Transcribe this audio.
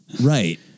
Right